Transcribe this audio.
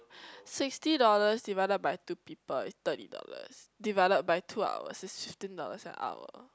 sixty dollars divided by two people is thirty dollars divided by two hours is fifteen dollars an hour congra~